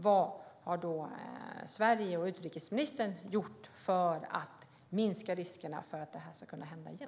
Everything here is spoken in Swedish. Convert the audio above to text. Vad har då Sverige och utrikesministern gjort för att minska riskerna för att det här ska kunna hända igen?